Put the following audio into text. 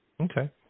Okay